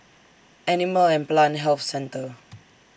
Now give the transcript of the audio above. Animal and Plant Health Centre